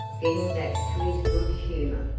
getting back to his good humor.